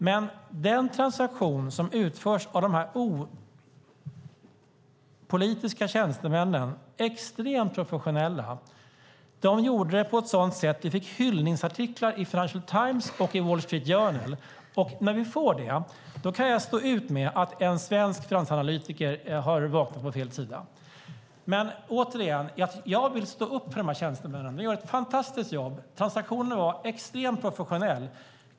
Men den här transaktionen utfördes av de här opolitiska tjänstemännen, som är extremt professionella. De gjorde det på ett sådant sätt att vi fick hyllningsartiklar i Financial Times och i Wall Street Journal. När vi får det kan jag stå ut med att en svensk finansanalytiker har vaknat på fel sida. Jag vill stå upp för de här tjänstemännen. De gör ett fantastiskt jobb. Transaktionen var extremt professionell.